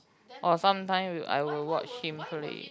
or sometime I will watch him play